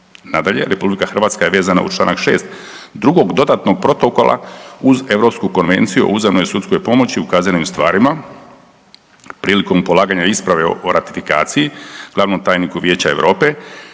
Nadalje, RH je vezana uz čl. 6. Drugog dodatnog protokola uz Europsku konvenciju o uzajamnoj sudskoj pomoći u kaznenim stvarima. Prilikom polaganja isprave o ratifikaciji glavnom tajniku Vijeća Europe